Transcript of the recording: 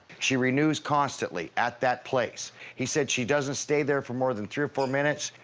she renews constantly at that place. he said she doesn't stay there for more than three or four minutes.